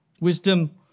wisdom